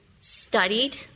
studied